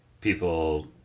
people